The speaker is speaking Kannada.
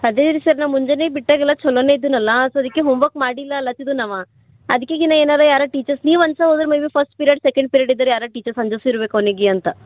ಅದೇ ರೀ ಸರ್ ನಾ ಮುಂಜಾನೆ ಬಿಟ್ಟಾಗೆಲ್ಲ ಚಲೋನೆ ಇದ್ದನಲ್ಲ ಸೊ ಅದಕ್ಕೆ ಹೋಮ್ವರ್ಕ್ ಮಾಡಿಲ್ಲ ಅನ್ಲತ್ತಿದನು ಅವ ಅದಕ್ಕೆ ಈಗಿನ್ನು ಏನಾರು ಯಾರೋ ಟೀಚರ್ಸ್ ನೀವು ಅನ್ಸ ಹೋದ್ರೆ maybe first period second period ಇದ್ದಿರೋ ಯಾರಾರು ಟೀಚರ್ಸ್ ಅಂಜಿಸಿರ್ಬೇಕು ಅವ್ನಿಗೆ ಅಂತ